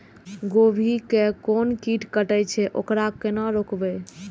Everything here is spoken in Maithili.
गोभी के कोन कीट कटे छे वकरा केना रोकबे?